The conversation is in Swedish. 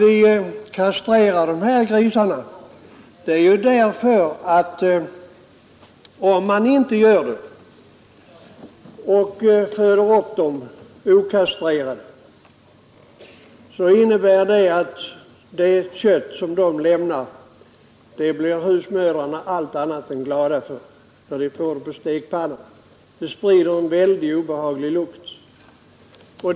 Man kastrerar grisarna av det skälet att om man inte gör det utan föder upp dem okastrerade så blir husmödrarna allt annat än glada åt köttet när det kommer i stekpannan. Det sprider nämligen en väldigt obehaglig lukt.